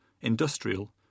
industrial